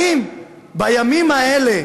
האם בימים האלה,